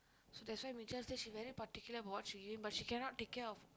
so that's why Ming Qiao say she very particular about what she give but she cannot take care of